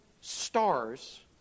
stars